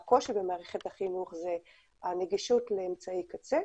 והקושי במערכת החינוך זה הנגישות לאמצעי קצה,